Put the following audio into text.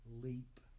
leap